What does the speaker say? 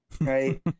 right